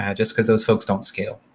yeah just because those folks don't scale.